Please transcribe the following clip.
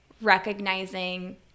Recognizing